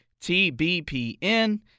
TBPN